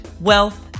wealth